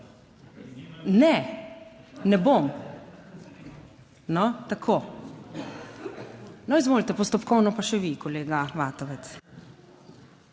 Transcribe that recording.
Ne, ne bom, no, tako. No, izvolite postopkovno pa še vi, kolega Vatovec.